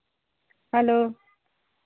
hello